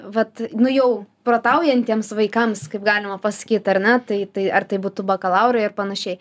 vat nu jau protaujantiems vaikams kaip galima pasakyt ar ne taip tai ar tai būtų bakalaurai ar panašiai